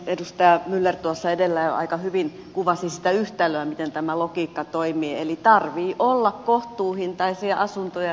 edustaja myller tuossa edellä jo aika hyvin kuvasi sitä yhtälöä miten tämä logiikka toimii eli tarvitsee olla kohtuuhintaisia asuntoja riittävästi